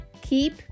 Keep